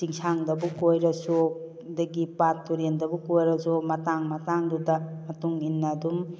ꯆꯤꯡꯁꯥꯡꯗꯕꯨ ꯀꯣꯏꯔꯁꯨ ꯑꯗꯒꯤ ꯄꯥꯠ ꯇꯨꯔꯦꯟꯗꯕꯨ ꯀꯣꯏꯔꯁꯨ ꯃꯇꯥꯡ ꯃꯇꯥꯡꯗꯨꯗ ꯃꯇꯨꯡ ꯏꯟꯅ ꯑꯗꯨꯝ